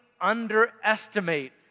underestimate